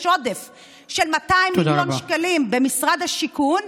עודף של 200 מיליון שקלים במשרד השיכון,